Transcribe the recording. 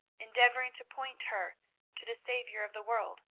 endeavouring to point her to the saviour of the world,